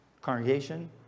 Congregation